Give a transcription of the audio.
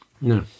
No